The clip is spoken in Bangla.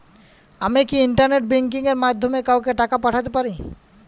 আমি কি ইন্টারনেট ব্যাংকিং এর মাধ্যমে কাওকে টাকা পাঠাতে পারি?